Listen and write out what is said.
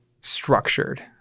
structured